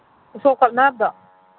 ꯎꯁꯣꯞ ꯀꯠꯅꯕ꯭ꯔꯣ